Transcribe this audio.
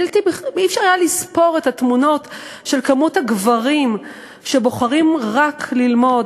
לא היה אפשר לספור את התמונות של מספר הגברים שבוחרים רק ללמוד,